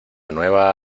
nueva